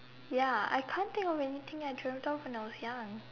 ya I can't think of anything I dreamed of when I was young